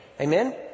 Amen